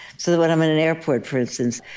so that when i'm at an airport, for instance,